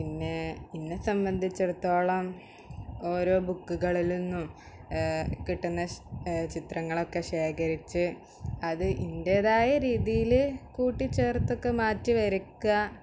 പിന്നെ എന്നെ സംബന്ധിച്ചിടത്തോളം ഓരോ ബുക്കുകളിൽ നിന്നും കിട്ടുന്ന ചിത്രങ്ങളൊക്കെ ശേഖരിച്ച് അത് എന്റേതായ രീതിയില് കൂട്ടിച്ചേർത്ത് മാറ്റി വരയ്ക്കുക